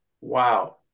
Wow